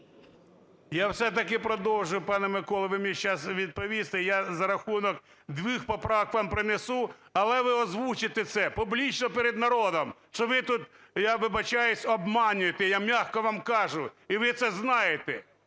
Я все-таки продовжу, пане Миколо. Ви мені сейчас відповісте. Я за рахунок двох поправок вам принесу, але ви озвучите це публічно перед народом, що ви тут, я вибачаюся, обманюєте, я м'яко вам кажу, і ви це знаєте.